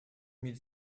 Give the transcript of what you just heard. mille